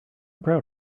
proud